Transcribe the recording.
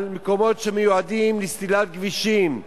על מקומות שמיועדים לסלילת כבישים,